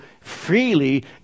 freely